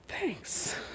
Thanks